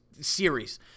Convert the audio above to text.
series